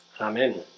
Amen